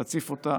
תציף אותה.